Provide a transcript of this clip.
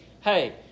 hey